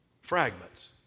Fragments